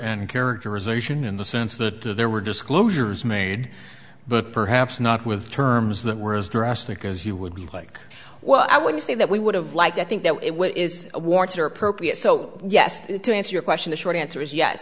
and characterization in the sense that there were disclosures made but perhaps not with terms that were as drastic as you would be like well i would say that we would have liked i think that is a warts are appropriate so yes to answer your question the short answer is ye